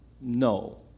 No